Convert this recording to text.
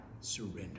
surrender